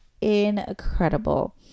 incredible